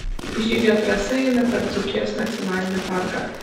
žygio trasa eina per dzūkijos nacionalinį parką